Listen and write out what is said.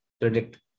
predict